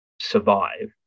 survive